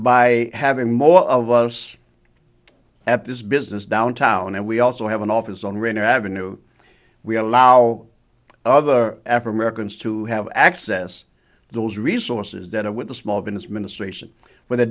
by having more of us at this business downtown and we also have an office on rainer avenue we allow other effort americans to have access to those resources that are with the small business administration where they